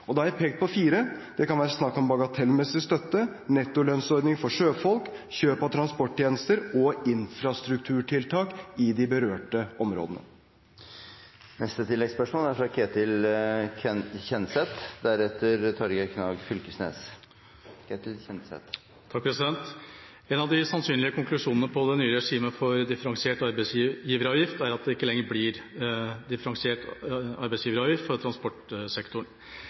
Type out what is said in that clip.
Da har jeg pekt på fire tiltak: Det kan være snakk om bagatellmessig støtte, nettolønnsordning for sjøfolk, kjøp av transporttjenester og infrastrukturtiltak i de berørte områdene. Ketil Kjenseth – til neste oppfølgingsspørsmål. En av de sannsynlige konklusjonene på det nye regimet for differensiert arbeidsgiveravgift er at det ikke lenger blir differensiert arbeidsgiveravgift for transportsektoren.